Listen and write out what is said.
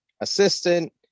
assistant